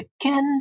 again